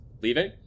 leaving